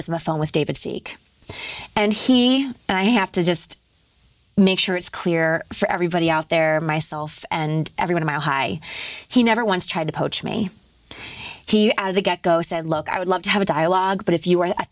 was on the phone with david speak and he and i have to just make sure it's clear for everybody out there myself and everyone my high he never once tried to poach me he out of the get go said look i would love to have a dialogue but if you were a